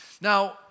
Now